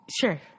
sure